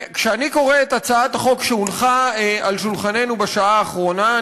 כשאני קורא את הצעת החוק שהונחה על שולחננו בשעה האחרונה,